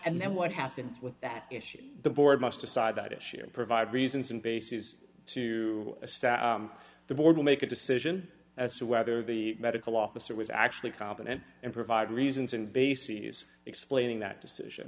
and then what happens with that issue the board must decide that issue and provide reasons and bases to a staff the board will make a decision as to whether the medical officer was actually competent and provide reasons and basis for explaining that decision